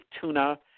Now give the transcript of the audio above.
tuna